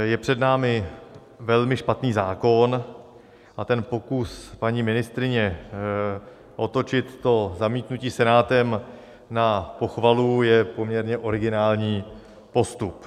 Je před námi velmi špatný zákon a pokus paní ministryně otočit to zamítnutí Senátem na pochvalu je poměrně originální postup.